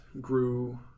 grew